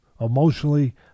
emotionally